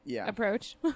approach